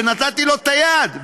שנתתי לו יד,